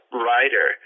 writer